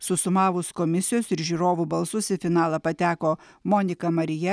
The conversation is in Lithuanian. susumavus komisijos ir žiūrovų balsus į finalą pateko monika marija